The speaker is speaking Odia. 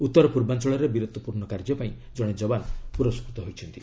ଉତ୍ତର ପୂର୍ବାଞ୍ଚଳରେ ବୀରତ୍ୱପୂର୍ଣ୍ଣ କାର୍ଯ୍ୟ ପାଇଁ ଜଣେ ଯବାନ ପୁରସ୍କୃତ ହୋଇଛନ୍ତି